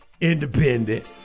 independent